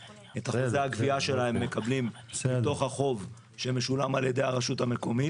את אחוזי הגבייה שלהם הם מקבלים בתוך החוב שמשולם על ידי הרשות המקומית,